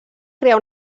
crear